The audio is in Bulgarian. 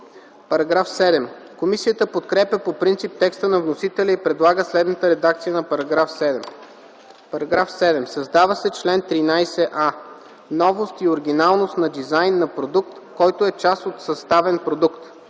ДОБРЕВ: Комисията подкрепя по принцип текста на вносителя и предлага следната редакция на § 7: „§ 7. Създава се чл. 13а: „Новост и оригиналност на дизайн на продукт, който е част от съставен продукт